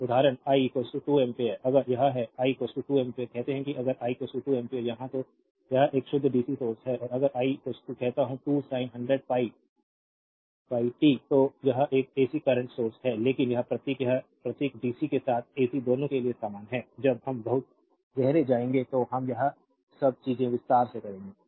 तो उदाहरण I 2 ampere अगर यह है आई 2 एम्पीयर कहते हैं कि अगर आई 2 एम्पीयर यहां तो यह एक शुद्ध डीसी सोर्स है और अगर आई कहता हूं 2 sin 100 pi pi t तो यह एक एसी करंट सोर्स है लेकिन यह प्रतीक यह प्रतीक डीसी के साथ साथ एसी दोनों के लिए समान है जब हम बहुत गहरे जाएंगे तो हम यह सब चीजें विस्तार से करेंगे